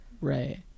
right